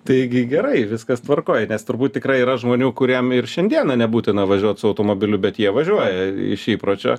taigi gerai viskas tvarkoj nes turbūt tikrai yra žmonių kuriem ir šiandieną nebūtina važiuot su automobiliu bet jie važiuoja iš įpročio